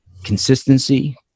consistency